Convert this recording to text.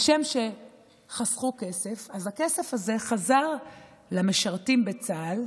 כשחסכו כסף, אז הכסף הזה חזר למשרתים בצה"ל,